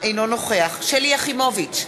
אינו נוכח שלי יחימוביץ,